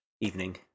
evening